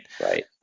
Right